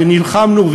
ונלחמנו,